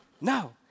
No